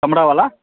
चमड़ा बला